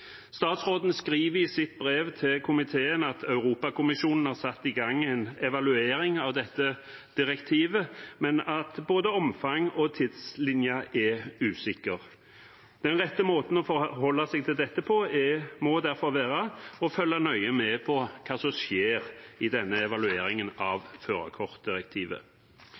Statsråden skriver i sitt brev til komiteen at Europakommisjonen har satt i gang en evaluering av dette direktivet, men at både omfang og tidslinje er usikkert. Den rette måten å forholde seg til dette på må derfor være å følge nøye med på hva som skjer i denne evalueringen av førerkortdirektivet.